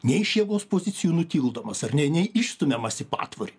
ne iš jėgos pozicijų nutildomas ar ne neišstumiamas į patvorį